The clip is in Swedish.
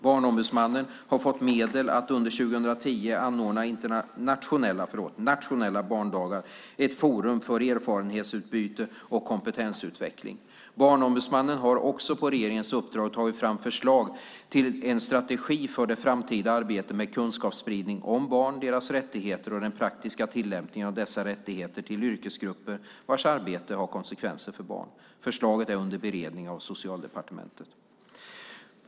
Barnombudsmannen har fått medel att under 2010 anordna nationella barndagar - ett forum för erfarenhetsutbyte och kompetensutveckling. Barnombudsmannen har också på regeringens uppdrag tagit fram förslag till en strategi för det framtida arbetet med kunskapsspridning om barn, deras rättigheter och den praktiska tillämpningen av dessa rättigheter till yrkesgrupper vars arbete har konsekvenser för barn. Förslaget är under beredning i Socialdepartementet.